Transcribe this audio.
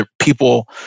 people